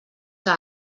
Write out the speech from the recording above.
que